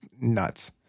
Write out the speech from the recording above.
nuts